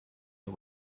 you